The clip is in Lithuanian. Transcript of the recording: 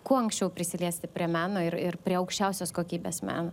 kuo anksčiau prisiliesti prie meno ir ir prie aukščiausios kokybės meno